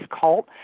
cult